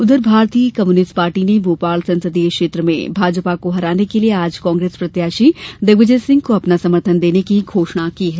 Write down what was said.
उधर भारतीय communist party ने भोपाल संसदीय क्षेत्र में भाजपा को हराने के लिये आज कांग्रेस प्रत्याशी दिग्विजय सिंह को अपना समर्थन देने की घोषणा की है